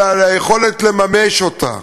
אלא על היכולת לממש אותה.